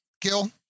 Gil